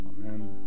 Amen